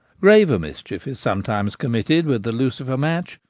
graver mischief is sometimes committed with the lucifer match,